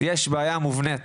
יש בעיה מובנית